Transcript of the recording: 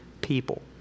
people